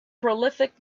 prolific